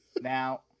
Now